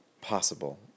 possible